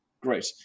Great